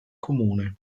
comune